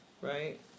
right